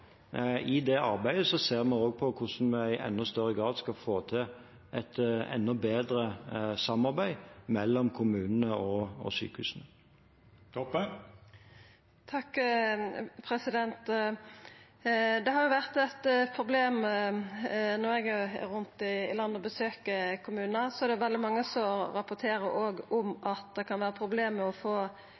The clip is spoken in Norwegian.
I det arbeidet ser vi også på hvordan vi i enda større grad skal få til et bedre samarbeid mellom kommunene og sykehusene. Dette har vore eit problem. Når eg er rundt om i landet og besøkjer kommunar, er det veldig mange som òg rapporterer om at det kan vera problem med å få